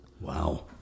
Wow